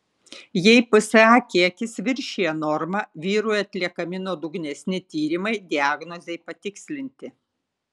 jei psa kiekis viršija normą vyrui atliekami nuodugnesni tyrimai diagnozei patikslinti